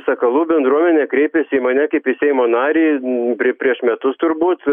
sakalų bendruomenė kreipėsi į mane kaip į seimo narį prie prieš metus turbūt